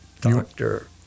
doctor